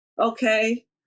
Okay